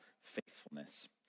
faithfulness